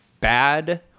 bad